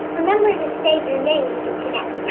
remember to save your name when you connect.